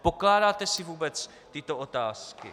Pokládáte si vůbec tyto otázky?